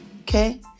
okay